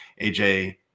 aj